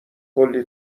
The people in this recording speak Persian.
کلّی